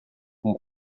mon